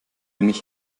mich